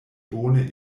bone